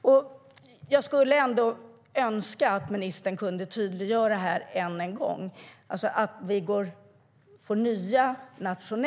Att vi får nya nationella krav tror jag alla här tycker är positivt.